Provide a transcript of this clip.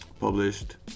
published